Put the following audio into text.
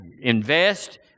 invest